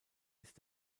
ist